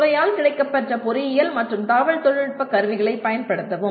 துறையால் கிடைக்கப்பெற்ற பொறியியல் மற்றும் தகவல் தொழில்நுட்ப கருவிகளைப் பயன்படுத்தவும்